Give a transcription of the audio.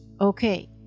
okay